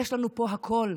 יש לנו פה הכול,